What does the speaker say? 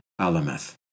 Alameth